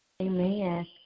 Amen